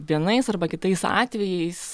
vienais arba kitais atvejais